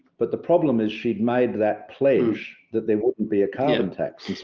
but the problem is she'd made that pledge that there wouldn't be a carbon tax.